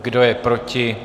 Kdo je proti?